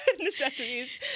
necessities